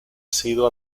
sido